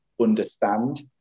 understand